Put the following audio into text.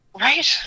Right